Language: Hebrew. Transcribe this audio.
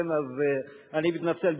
אז אני מתנצל.